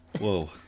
Whoa